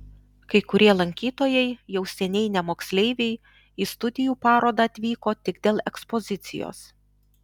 kai kurie lankytojai jau seniai ne moksleiviai į studijų parodą atvyko tik dėl ekspozicijos